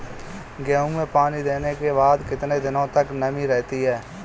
गेहूँ में पानी देने के बाद कितने दिनो तक नमी रहती है?